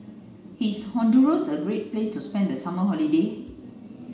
is Honduras a great place to spend the summer holiday